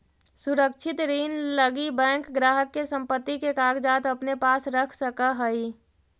सुरक्षित ऋण लगी बैंक ग्राहक के संपत्ति के कागजात अपने पास रख सकऽ हइ